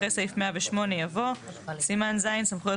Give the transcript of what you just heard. אחרי סעיף 108 יבוא: "סימן ז': סמכויות